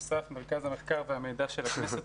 אסף, מרכז המחקר והמידע של הכנסת.